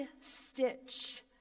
stitch